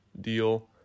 deal